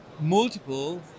multiple